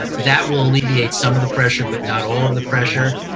ah that will alleviate some of the pressure, but not all of the pressure.